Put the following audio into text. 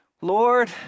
Lord